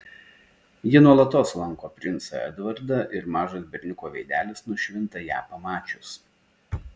ji nuolatos lanko princą edvardą ir mažas berniuko veidelis nušvinta ją pamačius